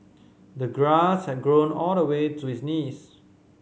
the grass had grown all the way to his knees